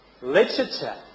literature